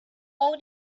all